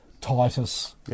Titus